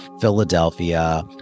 Philadelphia